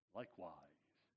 likewise